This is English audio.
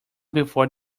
before